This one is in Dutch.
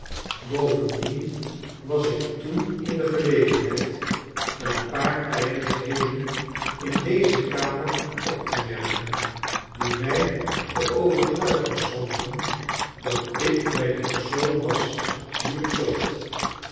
bovendien was ik toen in de gelegenheid een paar kleinigheden in deze kamer op te merken die mij de overtuiging schonken dat ik bij de persoon was die ik zocht